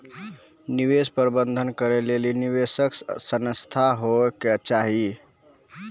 निवेश प्रबंधन करै लेली निवेशक संस्थान होय के चाहि